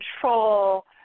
control